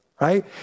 right